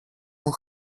μου